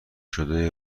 شده